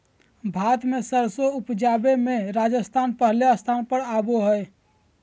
भारत मे सरसों उपजावे मे राजस्थान पहिल स्थान पर आवो हय